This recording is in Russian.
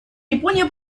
япония